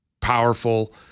powerful